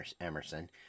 Emerson